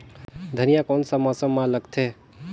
धनिया कोन सा मौसम मां लगथे?